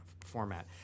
format